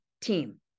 team